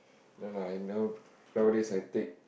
no no I now nowadays I take